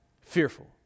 fearful